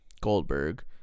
Goldberg